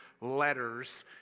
letters